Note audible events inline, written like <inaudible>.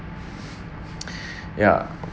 <breath> ya